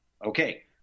Okay